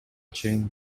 чейин